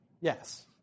Yes